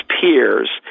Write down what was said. peers